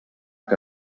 que